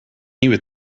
nieuwe